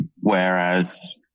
Whereas